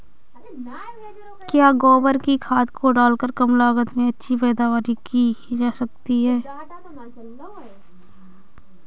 क्या गोबर की खाद को डालकर कम लागत में अच्छी पैदावारी की जा सकती है?